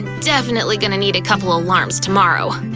definitely gonna need a couple alarms tomorrow.